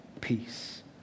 Peace